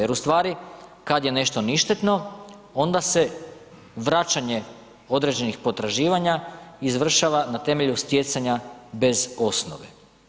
Jer u stvari, kad je nešto ništetno, onda se vraćanje određenih potraživanja izvršava na temelju stjecanja bez osnove.